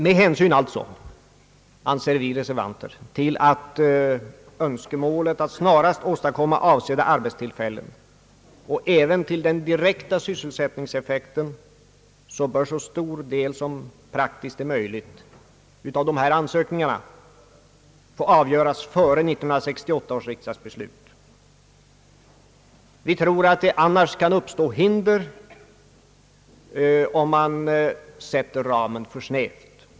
Reservanterna anser att önskemålet att snarast åstadkomma avsedda arbetstillfällen och även hänsynen till den direkta sysselsättningseffekten motiverar att så stor del av ansökningarna som praktiskt är möjligt kan behandlas och avgöras före riksdagens beslut år 1968. Vi tror att hinder för verksamheten kan uppstå om man sätter ramen för snävt.